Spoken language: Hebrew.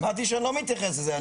אמרתי שאני לא מתייחס לזה.